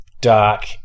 dark